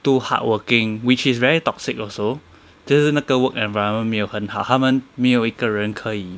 too hardworking which is very toxic also 就是那个 work environment 没有很好他们没有一个人可以